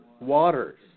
Waters